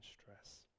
stress